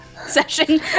session